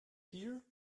here